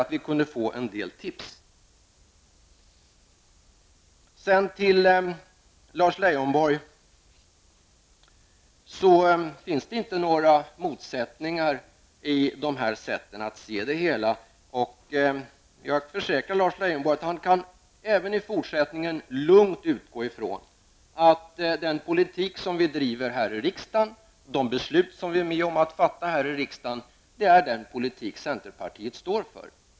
Det finns inte några motsättningar, Lars Leijonborg, i sätten att se på de här frågorna. Jag försäkrar Lars Leijonborg att han även i fortsättningen lugnt kan utgå ifrån att den politik som vi driver här i riksdagen och att de beslut som vi är med om att fatta här i riksdagen är den politik centerpartiet står för.